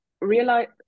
realize